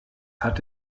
hat